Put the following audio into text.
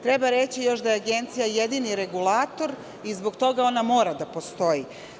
Treba reći još da je Agencija jedini regulator i zbog toga ona mora da postoji.